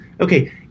okay